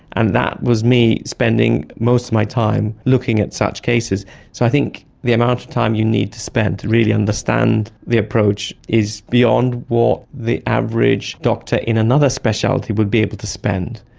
and that was me spending most of my time looking at such cases. so i think the amount of time you need to spend to really understand the approach is beyond what the average doctor in another speciality would be able to spend.